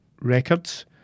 Records